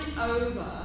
over